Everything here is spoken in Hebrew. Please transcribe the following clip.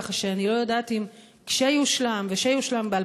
ככה שאני לא יודעת אם כשיושלם ב-2017,